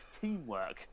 teamwork